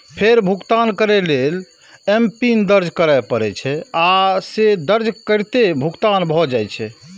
फेर भुगतान करै लेल एमपिन दर्ज करय पड़ै छै, आ से दर्ज करिते भुगतान भए जाइ छै